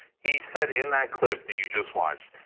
he said in that clip the you just watch,